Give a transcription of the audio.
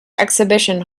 exhibition